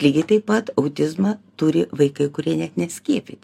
lygiai taip pat autizmą turi vaikai kurie net neskiepyt